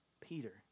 Peter